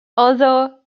although